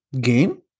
game